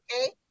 okay